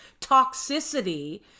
toxicity